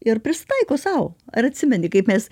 ir prisitaiko sau ar atsimeni kaip mes